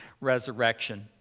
resurrection